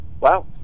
wow